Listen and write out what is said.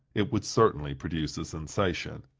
it would certainly produce a sensation.